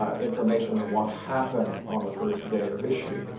ah information on what happened on the first day of issue,